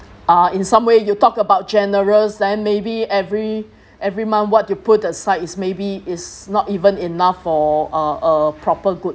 uh in some way you talk about generous then maybe every every month what you put aside is maybe is not even enough for uh a proper good